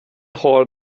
har